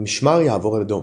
"המשמר יעבור לדום",